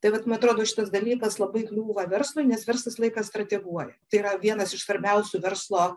tai vat man atrodo šitas dalykas labai kliūva verslui nes verslas laiką strateguoja tai yra vienas iš svarbiausių verslo